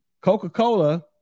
Coca-Cola